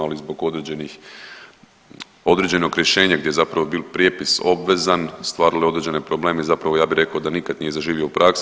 Ali zbog određenog rješenja gdje je zapravo bio prijepis obvezan stvaralo određene probleme i zapravo ja bih rekao da nikad nije zaživio u praksi.